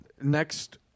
next